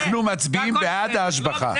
לא, אנחנו מצביעים בעד ההשבחה.